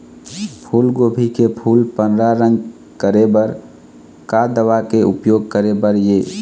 फूलगोभी के फूल पर्रा रंग करे बर का दवा के उपयोग करे बर ये?